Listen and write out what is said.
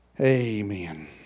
Amen